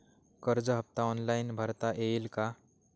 कर्ज हफ्ता ऑनलाईन भरता येईल का?